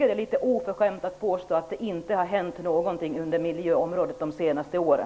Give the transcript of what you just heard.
Det är alltså oförskämt att påstå att det inte har hänt någonting på miljöområdet de senaste åren.